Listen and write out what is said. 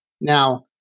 Now